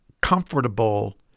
comfortable